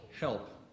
help